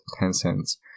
Tencent's